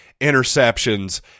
interceptions